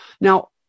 Now